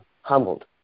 humbled